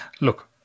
look